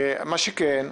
מה שכן,